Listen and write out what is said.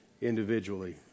individually